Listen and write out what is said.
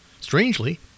Strangely